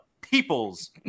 people's